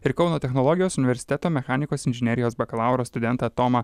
ir kauno technologijos universiteto mechanikos inžinerijos bakalauro studentą tomą